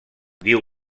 diu